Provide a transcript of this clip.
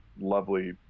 lovely